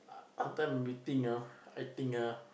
sometime we think ah I think ah